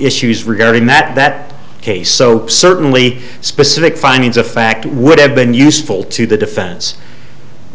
issues regarding that case so certainly specific findings of fact would have been useful to the defense